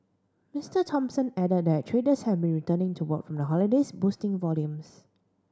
Mister Thompson added that traders have been returning to work from the holidays boosting volumes